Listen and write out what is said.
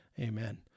amen